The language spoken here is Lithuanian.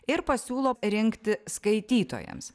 ir pasiūlo rinkti skaitytojams